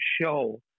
show